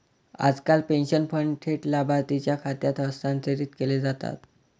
आजकाल pension fund थेट लाभार्थीच्या खात्यात हस्तांतरित केले जातात